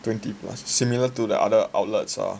twenty plus similar to the other outlets ah